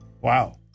Wow